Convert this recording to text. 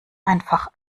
einfach